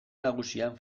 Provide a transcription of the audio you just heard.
nagusian